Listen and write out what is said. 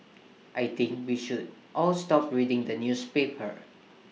I think we should all stop reading the newspaper